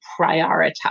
prioritize